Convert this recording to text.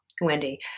Wendy